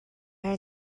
are